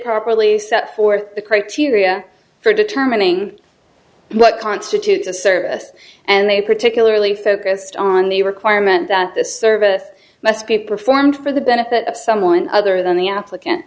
properly set forth the criteria for determining what constitutes a service and they particularly focused on the requirement that the service must be performed for the benefit of someone other than the applicant